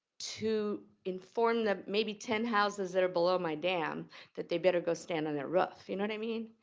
to inform the maybe ten houses that are below my dam that they better go stand on their roof? do you know what i mean?